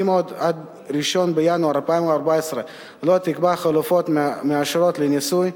אם עד 1 בינואר 2014 לא תיקבע חלופה מאושרת לניסוי,